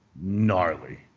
gnarly